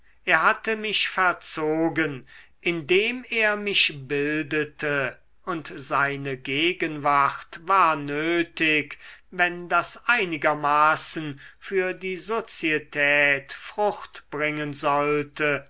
er hatte mich verzogen indem er mich bildete und seine gegenwart war nötig wenn das einigermaßen für die sozietät frucht bringen sollte